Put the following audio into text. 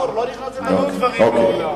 זה לא קשור, היו דברים מעולם.